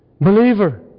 Believer